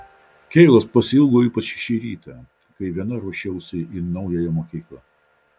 keilos pasiilgau ypač šį rytą kai viena ruošiausi į naująją mokyklą